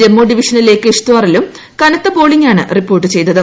ജമ്മു ഡിവിഷനിലെ കിഷ്ത്വാറിലും കനത്ത പോളിംഗാണ് റിപ്പോർട്ട് ചെയ്തത്